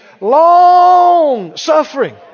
long-suffering